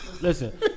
Listen